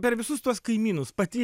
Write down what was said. per visus tuos kaimynus pati